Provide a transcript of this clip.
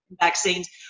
vaccines